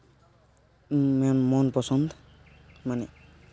ᱢᱚᱱ ᱯᱚᱥᱚᱫᱽ ᱢᱟᱱᱮ